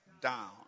down